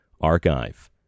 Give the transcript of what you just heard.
archive